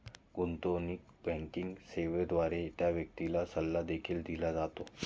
गुंतवणूक बँकिंग सेवेद्वारे त्या व्यक्तीला सल्ला देखील दिला जातो